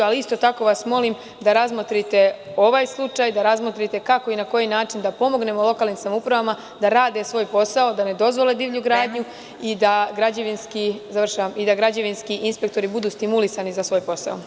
Isto tako vas molim da razmotrite ovaj slučaj, da razmotrite kako i na koji način da pomognemo lokalnim samoupravama da rade svoj posao, da ne dozvole divlju gradnju i da građevinski inspektori budu stimulisani za svoj posao.